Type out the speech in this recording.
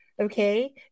Okay